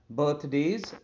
birthdays